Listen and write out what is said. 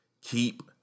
Keep